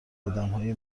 آدمهای